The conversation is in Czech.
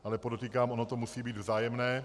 Ale podotýkám, ono to musí být vzájemné.